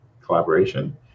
collaboration